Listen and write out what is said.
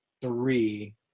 three